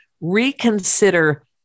reconsider